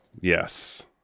Yes